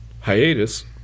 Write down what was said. Hiatus